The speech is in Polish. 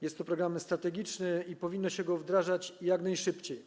Jest to program strategiczny i powinno się go wdrażać jak najszybciej.